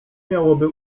miałoby